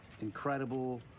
incredible